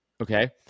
okay